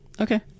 Okay